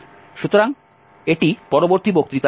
সুতরাং এটি পরবর্তী বক্তৃতার আলোচনার বিষয় হবে